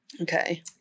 okay